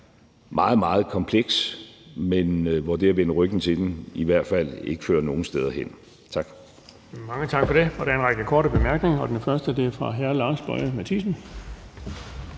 meget, meget kompleks, men hvor det at vende ryggen til den i hvert fald ikke fører nogen steder hen. Tak. Kl. 16:47 Den fg. formand (Erling Bonnesen): Mange tak for det. Der er en række korte bemærkninger, og den første er fra hr. Lars Boje Mathiesen.